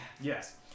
Yes